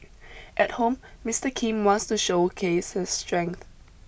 at home Mister Kim wants to showcase his strength